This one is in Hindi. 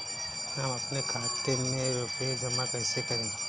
हम अपने खाते में रुपए जमा कैसे करें?